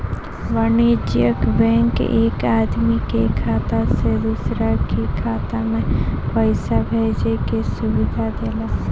वाणिज्यिक बैंक एक आदमी के खाता से दूसरा के खाता में पईसा भेजे के सुविधा देला